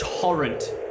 torrent